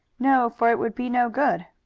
no, for it would be no good.